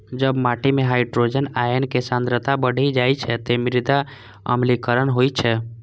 जब माटि मे हाइड्रोजन आयन के सांद्रता बढ़ि जाइ छै, ते मृदा अम्लीकरण होइ छै